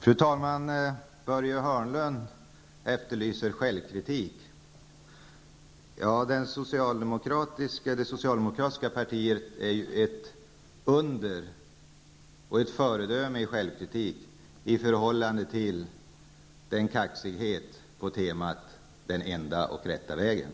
Fru talman! Börje Hörnlund efterlyser självkritik. Det socialdemokratiska partiet är ju ett under och ett föredöme vad gäller självkritik i förhållande till regeringens kaxighet på temat den enda och rätta vägen.